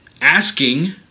asking